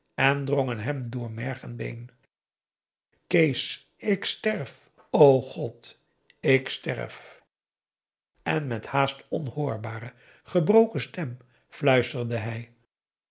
drongen hem door merg en been kees ik sterf o god ik sterf en met haast onhoorbare gebroken stem fluisterde hij